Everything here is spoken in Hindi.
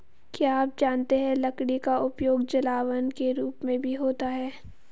क्या आप जानते है लकड़ी का उपयोग जलावन के रूप में भी होता है?